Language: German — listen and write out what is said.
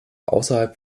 außerhalb